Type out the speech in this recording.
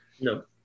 No